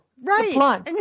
right